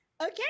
okay